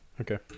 Okay